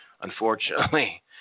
unfortunately